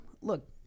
look